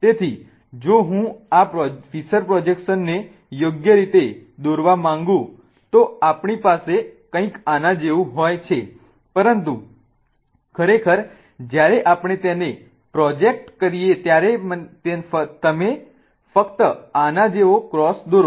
તેથી જો હું આ ફિશર પ્રોજેક્શનને યોગ્ય રીતે દોરવા માંગુ તો આપણી પાસે કંઈક આના જેવું હોય છે પરંતુ ખરેખર જ્યારે આપણે તેને પ્રોજેક્ટ કરીએ ત્યારે તમે ફક્ત આના જેવો ક્રોસ દોરો